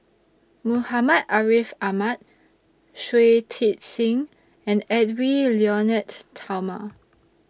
Muhammad Ariff Ahmad Shui Tit Sing and Edwy Lyonet Talma